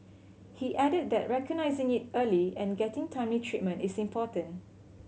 he added that recognising it early and getting timely treatment is important